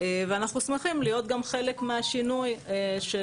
ואנחנו שמים להיות גם חלק מהשינוי של